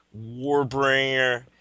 Warbringer